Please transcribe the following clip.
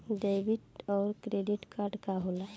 Debit और credit card का होला?